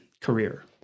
career